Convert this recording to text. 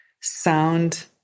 sound